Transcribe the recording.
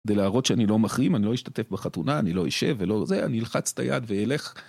כדי להראות שאני לא מחרים, אני לא אשתתף בחתונה, אני לא אשב ולא... זה, אני אלחץ את היד ואלך.